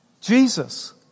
Jesus